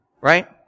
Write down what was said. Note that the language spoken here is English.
right